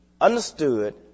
understood